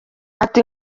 ati